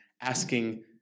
asking